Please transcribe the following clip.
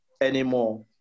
anymore